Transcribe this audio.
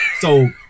So-